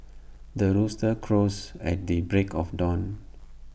the rooster crows at the break of dawn